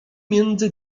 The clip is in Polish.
między